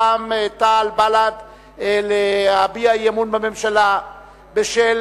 רע"ם-תע"ל ובל"ד להביע אי-אמון בממשלה בשל